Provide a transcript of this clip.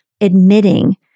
admitting